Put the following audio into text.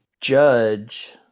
judge